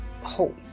hope